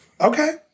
Okay